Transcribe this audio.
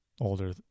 older